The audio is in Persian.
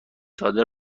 داده